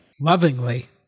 lovingly